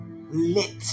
lit